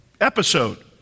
episode